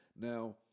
Now